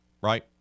right